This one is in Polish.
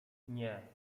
nie